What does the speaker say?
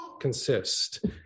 consist